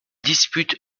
dispute